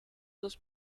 los